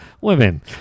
women